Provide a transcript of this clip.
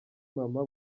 mama